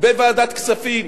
בוועדת הכספים,